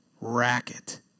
Racket